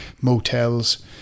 motels